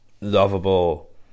Lovable